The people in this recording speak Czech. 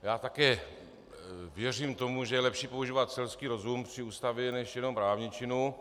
Já také věřím tomu, že je lepší používat selský rozum při Ústavě než jenom právničinu.